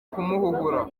kumuhuhura